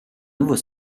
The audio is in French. nouveau